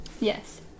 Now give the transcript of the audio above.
Yes